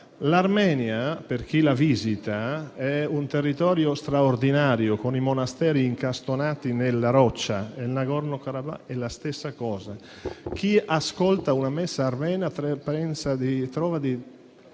L'Armenia per chi la visita è un territorio straordinario, con i monasteri incastonati nella roccia, e il *Nagorno-Karabakh* è la stessa cosa. Chi ascolta una messa armena pensa di